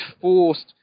forced